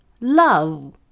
love